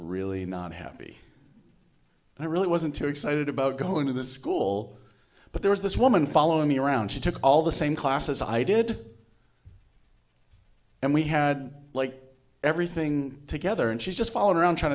really not happy and i really wasn't too excited about going to the school but there was this woman following me around she took all the same classes i did and we had like everything together and she's just followed around trying